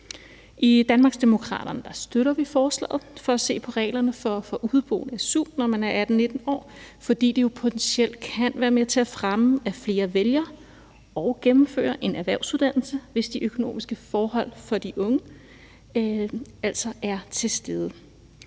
I Danmarksdemokraterne støtter vi forslaget om at se på reglerne for at få su som udeboende, når man er 18-19 år, fordi det jo potentielt kan være med til at fremme, at flere vælger og gennemfører en erhvervsuddannelse, hvis de økonomiske forhold for de unge er til stede.